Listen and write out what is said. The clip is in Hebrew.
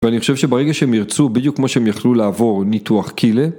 ואני חושב שברגע שהם ירצו בדיוק כמו שהם יכלו לעבור ניתוח קילה